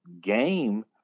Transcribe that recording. game